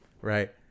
right